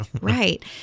Right